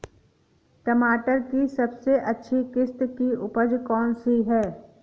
टमाटर की सबसे अच्छी किश्त की उपज कौन सी है?